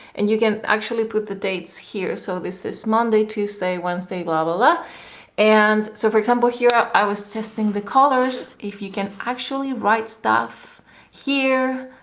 and you can actually put the dates here so this is monday tuesday wednesday blah blah and so for example here, i was testing the colors if you can actually write stuff here